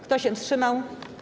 Kto się wstrzymał?